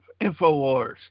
Infowars